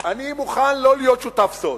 אני מוכן לא להיות שותף סוד,